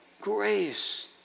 grace